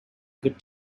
good